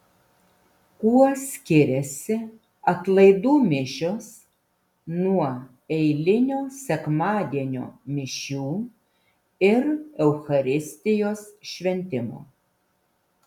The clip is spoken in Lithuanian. kuo skiriasi atlaidų mišios nuo eilinio sekmadienio mišių ir eucharistijos šventimo